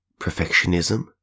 perfectionism